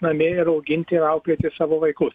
namie ir auginti auklėti savo vaikus